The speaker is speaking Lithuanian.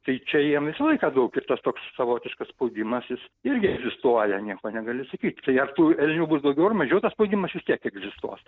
tai čia jiem visą laiką daug ir tas toks savotiškas spaudimas jis irgi egzistuoja nieko negali sakyt tai ar tų elnių bus daugiau ar mažiau tas spaudimas vis tiek egzistuos